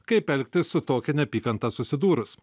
kaip elgtis su tokia neapykanta susidūrus